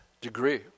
degree